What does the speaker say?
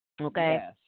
Okay